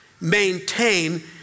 maintain